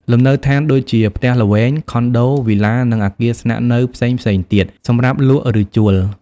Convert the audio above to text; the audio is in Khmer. លំនៅឋាន ដូចជា ផ្ទះល្វែង ខុនដូ វីឡា និងអគារស្នាក់នៅផ្សេងៗទៀត សម្រាប់លក់ ឬជួល។